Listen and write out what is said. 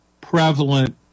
prevalent